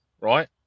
right